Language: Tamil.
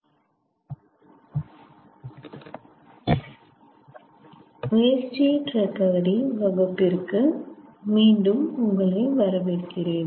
வேஸ்ட் ஹீட் ரெகவரி வகுப்பிற்கு மீண்டும் உங்களை வரவேற்கிறேன்